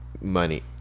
money